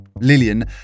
Lillian